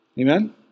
Amen